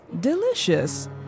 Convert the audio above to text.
Delicious